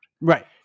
Right